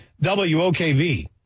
WOKV